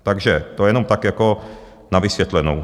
Takže to jenom tak jako na vysvětlenou.